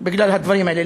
בגלל הדברים האלה.